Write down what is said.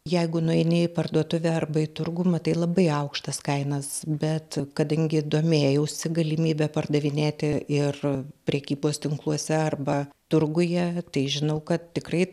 jeigu nueini į parduotuvę arba į turgų matai labai aukštas kainas bet kadangi domėjausi galimybe pardavinėti ir prekybos tinkluose arba turguje tai žinau kad tikrai